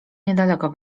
niedaleko